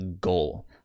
goal